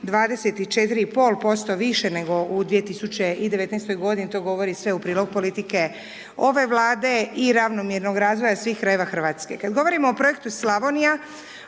24,5% više nego u 2019.-oj godini. To govori sve u prilog politike ove Vlade i ravnomjernog razvoja svih krajeva RH. Kada govorimo o Projektu Slavonija,